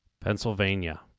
Pennsylvania